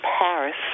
Paris